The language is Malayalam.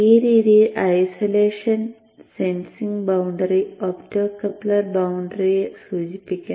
ഈ രീതിയിൽ isolation sensing boundary optocoupler boundary സൂചിപ്പിക്കാം